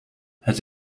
het